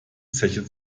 zeche